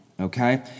okay